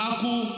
Aku